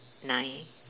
nine